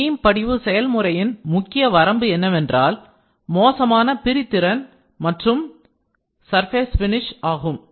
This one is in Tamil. பீம் படிவு செயல்முறையின் முக்கிய வரம்பு என்னவென்றால் மோசமான பிரித்திறண் resolution மற்றும் surface finish ஆகும்